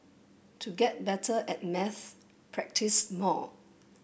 to get better at maths practise more